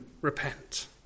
repent